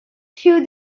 through